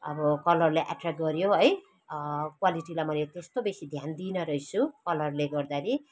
अब कलरले एट्रयाक्ट गऱ्यो है क्वालिटीलाई मैले त्यस्तो बेसी ध्यान दिइनँ रहेछु कलरले गर्दाखेरि